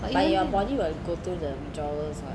but your body will go through the withdrawal [what]